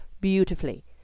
beautifully